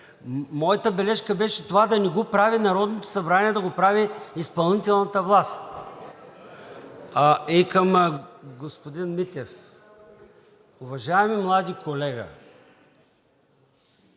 Моята бележка беше това да не го прави Народното събрание, а да го прави изпълнителната власт. Към господин Митев. Уважаеми млади колега,